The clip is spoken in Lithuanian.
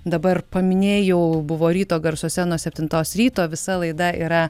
dabar paminėjau buvo ryto garsuose nuo septintos ryto visa laida yra